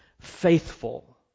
faithful